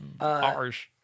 harsh